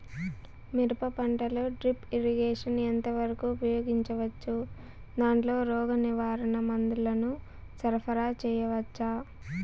మిరప పంటలో drip irrigation ఎంత వరకు ఉపయోగించవచ్చు, దాంట్లో రోగ నివారణ మందుల ను సరఫరా చేయవచ్చా?